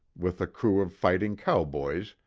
with a crew of fighting cowboys,